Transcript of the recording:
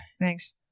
Thanks